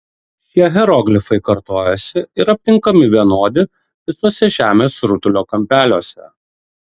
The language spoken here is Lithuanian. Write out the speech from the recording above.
šie hieroglifai kartojasi ir aptinkami vienodi visuose žemės rutulio kampeliuose